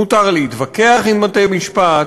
מותר להתווכח עם בתי-משפט,